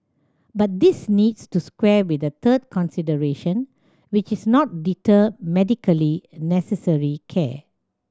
but this needs to square with a third consideration which is not deter medically necessary care